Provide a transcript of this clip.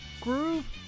Groove